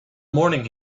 morning